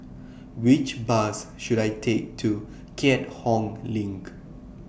Which Bus should I Take to Keat Hong LINK